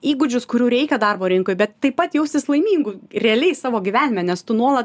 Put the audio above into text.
įgūdžius kurių reikia darbo rinkoj bet taip pat jaustis laimingu realiai savo gyvenime nes tu nuolat